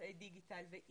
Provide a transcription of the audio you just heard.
אמצעי דיגיטל ואינטרנט,